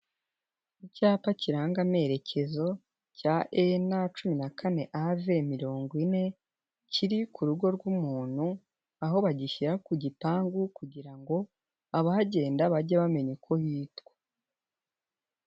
Icyapa kiranga amerekezo cya e na cumi na kane ave mirongo iine kiri ku rugo rw'umuntu aho bagishyira ku gipangu kugira ngo abahagenda bajye bamenya ko yitwa.